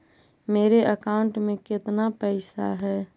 मेरे अकाउंट में केतना पैसा है?